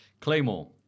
Claymore